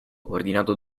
ordinato